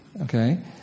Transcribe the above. Okay